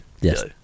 Yes